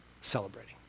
celebrating